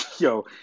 Yo